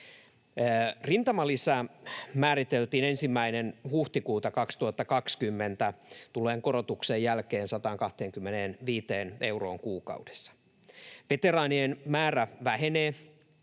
Rintamalisä määriteltiin 1. huhtikuuta 2020 tulleen korotuksen jälkeen 125 euroon kuukaudessa. Veteraanien määrä vähenee